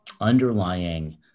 underlying